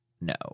No